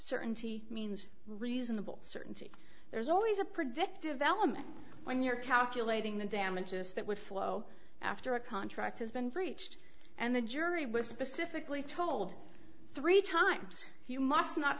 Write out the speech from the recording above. certainty means reasonable certainty there's always a predictive element when you're calculating the damages that would flow after a contract has been breached and the jury was specifically told three times you must not